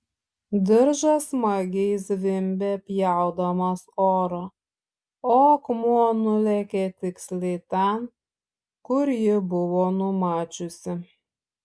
diržas smagiai zvimbė pjaudamas orą o akmuo nulėkė tiksliai ten kur ji buvo numačiusi